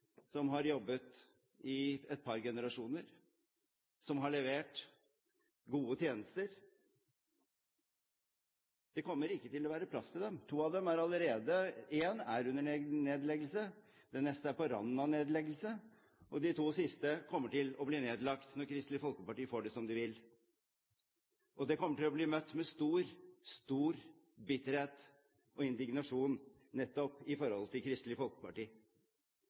som har jobbet i et par generasjoner, og som har levert gode tjenester. Det kommer ikke til å være plass til dem – en er under nedleggelse, den neste er på randen av nedleggelse, og de to siste kommer til å bli nedlagt når Kristelig Folkeparti får det som de vil. Det kommer til å bli møtt med stor bitterhet og indignasjon, nettopp i forhold til Kristelig Folkeparti.